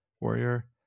warrior